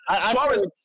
Suarez